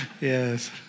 Yes